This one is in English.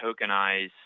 tokenize